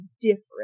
different